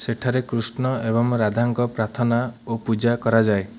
ସେଠାରେ କୃଷ୍ଣ ଏବଂ ରାଧାଙ୍କ ପ୍ରାର୍ଥନା ଓ ପୂଜା କରାଯାଏ